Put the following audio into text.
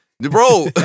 Bro